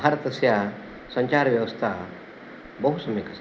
भारतस्य सञ्चारव्यवस्था बहु सम्यक् अस्ति